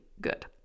good